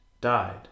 died